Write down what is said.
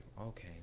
okay